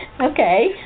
okay